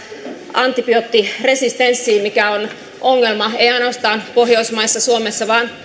antibioottiresistenssiin mikä on ongelma ei ainoastaan pohjoismaissa ja suomessa vaan